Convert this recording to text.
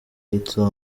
hitler